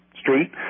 Street